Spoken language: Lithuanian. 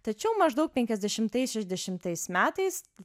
tačiau maždaug penkiasdešimais šešiasdešimais metais